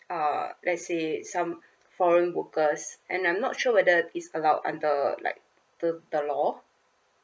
uh let's say some foreign workers and I'm not sure whether it's allowed under like the the law